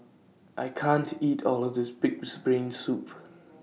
I can't eat All of This Pig'S Brain Soup